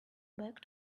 back